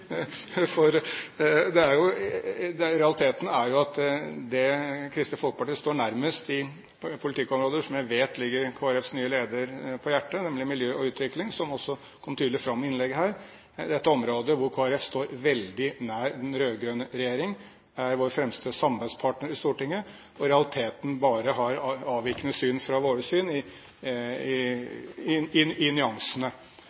realiteten er jo at Kristelig Folkeparti står nærmest de politikkområder som jeg vet ligger Kristelig Folkepartis nye leder på hjertet, nemlig miljø og utvikling, og som også kom tydelig fram i innlegget her. Dette er områder hvor Kristelig Folkeparti står veldig nær den rød-grønne regjeringen – partiet er vår fremste samarbeidspartner i Stortinget og har i realiteten bare avvikende syn fra våre syn i